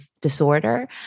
disorder